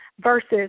versus